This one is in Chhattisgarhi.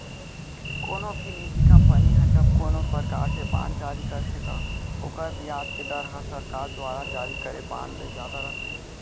कोनो भी निजी कंपनी ह जब कोनों परकार के बांड जारी करथे त ओकर बियाज के दर ह सरकार दुवारा जारी करे बांड ले जादा रथे